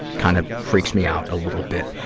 kind of freaks me out a little bit.